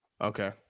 Okay